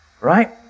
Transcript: Right